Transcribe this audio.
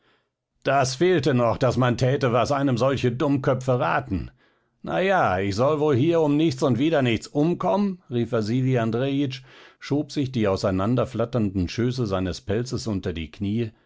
das fehlte noch daß man täte was einem solche dummköpfe raten na ja ich soll wohl hier um nichts und wieder nichts umkommen rief wasili andrejitsch schob sich die auseinanderflatternden schöße seines pelzes unter die knie